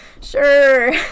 Sure